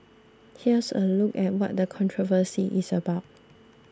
here's a look at what the controversy is about